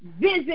visit